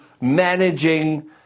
managing